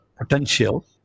potential